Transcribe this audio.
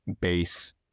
base